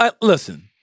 listen